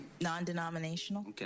Non-denominational